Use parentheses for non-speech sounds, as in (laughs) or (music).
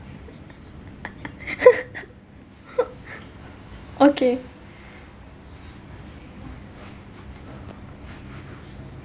(laughs) okay